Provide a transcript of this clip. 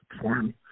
form